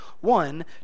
one